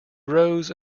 rose